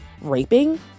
raping